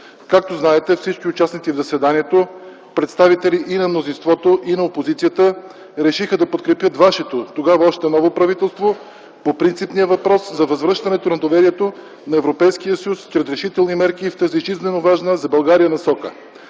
Както знаете, всички участници в заседанието – представители и на мнозинството, и на опозицията, решиха да подкрепят вашето, тогава още ново правителство, по принципния въпрос за възвръщането на доверието на Европейския съюз с решителни мерки в тази жизненоважна за България насока.